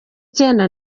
icyenda